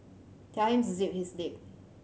tell him to zip his lip